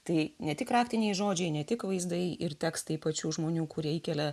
tai ne tik raktiniai žodžiai ne tik vaizdai ir tekstai pačių žmonių kurie įkelia